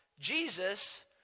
Jesus